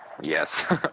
Yes